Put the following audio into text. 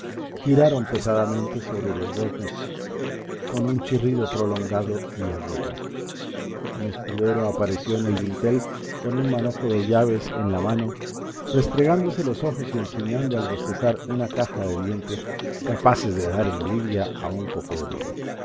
giraron pesadamente sobre los goznes con un chirrido prolongado y agudo un escudero apareció en el dintel con un manojo de llaves en la mano restregándose los ojos y enseñando al bostezar una caja de dientes capaces de dar envidia a un cocodrilo